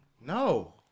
No